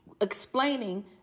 explaining